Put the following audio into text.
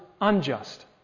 unjust